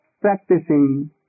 practicing